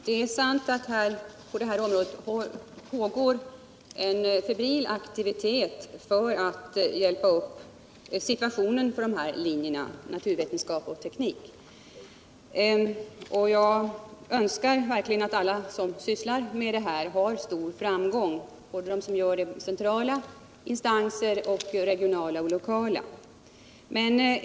Herr talman! Det är sant att det på det här området pågår en febril aktivitet för att hjälpa upp situationen för linjerna naturvetenskap och teknik. Jag önskar verkligen att alla som sysslar med detta har stor framgång, både de som gör det i centrala instanser och de som gör det i regionala och lokala instanser.